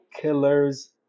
*Killers